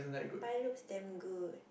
but it looks damn good